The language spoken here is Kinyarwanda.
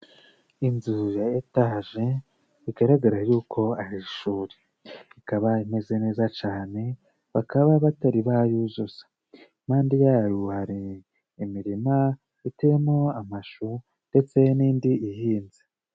Inzu ya Etaje bigaragara yuko ari ishuri ikaba imeze neza cane bakaba batari bayuzuza, impande yayo hari imirima iteyemo amashu ndetse n'indi ihinze.